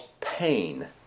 pain